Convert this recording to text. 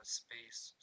space